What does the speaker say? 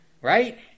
right